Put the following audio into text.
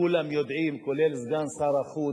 כולם יודעים, כולל סגן שר החוץ,